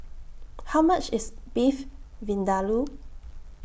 How much IS Beef Vindaloo